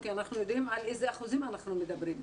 כי אנחנו יודעים על איזה אחוזים אנחנו מדברים.